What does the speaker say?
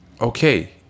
Okay